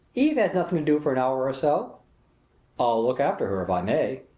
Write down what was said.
eve has nothing to do for an hour or so i'll look after her if i may,